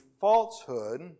falsehood